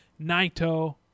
Naito